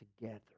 together